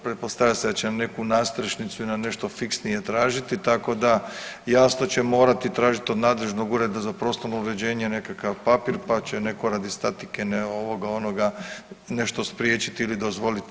Pretpostavlja se da će neku nadstrešnicu i na nešto fiksnije tražiti, tako da jasno će morati tražiti od nadležnog Ureda za prostorno uređenje nekakav papir, pa će netko radi statike, ne ovoga, onoga nešto spriječiti ili dozvoliti.